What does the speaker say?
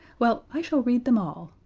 well, i shall read them all.